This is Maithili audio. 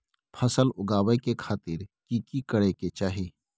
फसल उगाबै के खातिर की की करै के चाही?